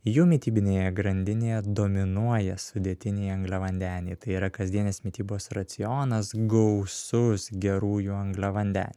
jų mitybinėje grandinėje dominuoja sudėtiniai angliavandeniai tai yra kasdienės mitybos racionas gausus gerųjų angliavandenių